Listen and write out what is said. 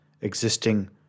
existing